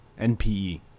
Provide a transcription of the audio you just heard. NPE